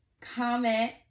comment